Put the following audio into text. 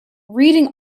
reading